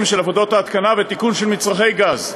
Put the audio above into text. (עבודות ההתקנה ותיקון של מצרכי גז).